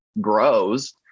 grows